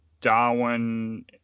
Darwin